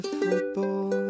football